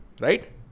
right